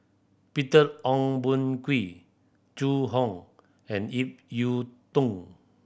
Peter Ong Boon Kwee Zhu Hong and Ip Yiu Tung